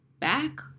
back